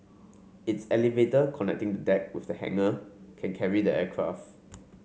its elevator connecting the deck with the hangar can carry the aircraft